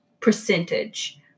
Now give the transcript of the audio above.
percentage